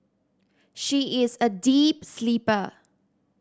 she is a deep sleeper